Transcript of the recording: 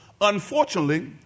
Unfortunately